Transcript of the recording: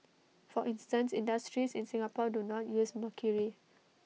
for instance industries in Singapore do not use mercury